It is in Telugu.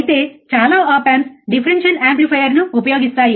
అయితే చాలా ఆప్ ఆంప్స్ డిఫరెన్షియల్ యాంప్లిఫైయర్ను ఉపయోగిస్తాయి